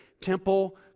Temple